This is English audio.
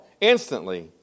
Instantly